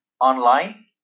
Online